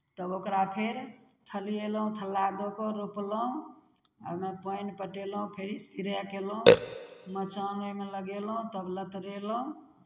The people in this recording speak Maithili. तब ओकरा फेर थलिएलहुँ थल्ला दऽ कऽ रोपलहुँ ओहिमे पानि पटेलहुँ फेर इसपरे कयलहुँ मचान ओहिमे लगेलहुँ तब लतरेलहुँ